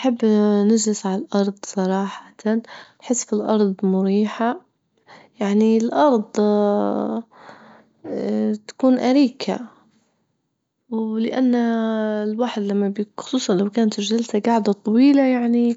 نحب نجلس على الأرض صراحة، نحس في الأرض مريحة، يعني الأرض تكون أريكة، ولأن الواحد لما بيك- خصوصا لو كانت الجلسة جاعدة طويلة يعني،